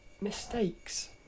mistakes